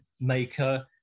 maker